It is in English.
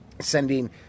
sending